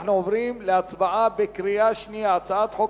אנחנו עוברים להצבעה בקריאה שנייה: הצעת חוק